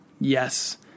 Yes